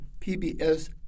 PBS